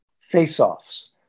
face-offs